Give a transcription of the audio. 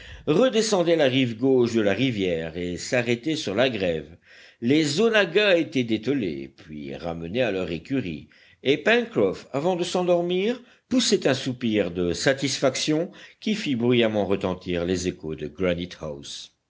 redescendait la rive gauche de la rivière et s'arrêtait sur la grève les onaggas étaient dételés puis ramenés à leur écurie et pencroff avant de s'endormir poussait un soupir de satisfaction qui fit bruyamment retentir les échos de